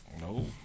No